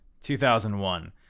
2001